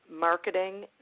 marketing